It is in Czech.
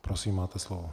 Prosím, máte slovo.